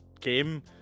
game